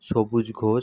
সবুজ ঘোষ